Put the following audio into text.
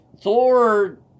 Thor